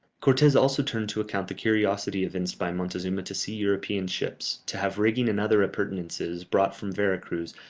cortes also turned to account the curiosity evinced by montezuma to see european ships, to have rigging and other appurtenances brought from vera-cruz,